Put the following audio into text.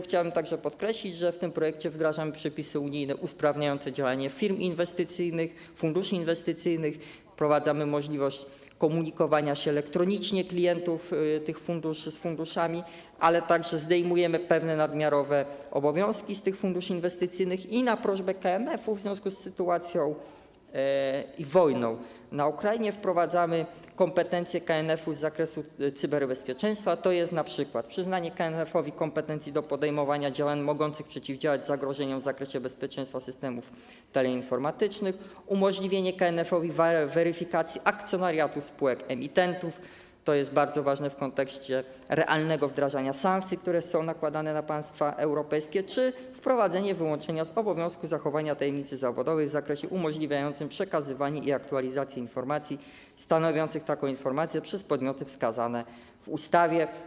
Chciałbym także podkreślić, że w tym projekcie wdrażamy przepisy unijne usprawniające działanie firm inwestycyjnych, funduszy inwestycyjnych, wprowadzamy możliwość komunikowania się elektronicznie klientów tych funduszy z funduszami, ale także zdejmujemy pewne nadmiarowe obowiązki z tych funduszy inwestycyjnych i na prośbę KNF-u w związku z sytuacją i wojną na Ukrainie wprowadzamy kompetencje KNF-u z zakresu cyberbezpieczeństwa, tj. np. przyznanie KNF-owi kompetencji do podejmowania działań mogących przeciwdziałać zagrożeniom w zakresie bezpieczeństwa systemów teleinformatycznych, umożliwienie KNF weryfikacji akcjonariatu spółek emitentów - to jest bardzo ważne w kontekście realnego wdrażania sankcji, które są nakładane na państwa europejskie - czy wprowadzenie wyłączenia z obowiązku zachowania tajemnicy zawodowej w zakresie umożliwiającym przekazywanie i aktualizację informacji stanowiących taką informację przez podmioty wskazane w ustawie.